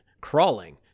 crawling